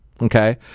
okay